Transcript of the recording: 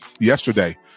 yesterday